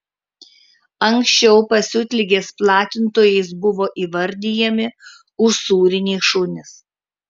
anksčiau pasiutligės platintojais buvo įvardijami usūriniai šunys